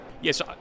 Yes